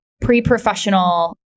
pre-professional